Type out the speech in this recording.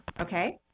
Okay